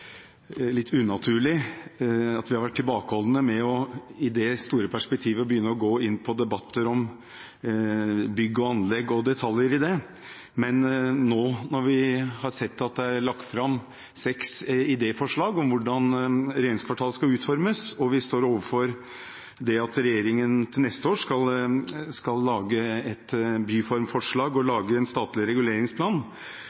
litt unaturlig, at vi har vært tilbakeholdne med, i det store perspektivet å begynne å gå inn i debatter om bygg og anlegg og detaljer i det. Men nå, når det er lagt fram seks idéforslag om hvordan regjeringskvartalet skal utformes, og vi står overfor det at regjeringen til neste år skal lage et byformforslag og en statlig reguleringsplan,